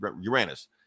Uranus